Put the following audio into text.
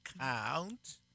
count